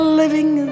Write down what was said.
living